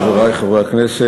חברי חברי הכנסת,